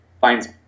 finds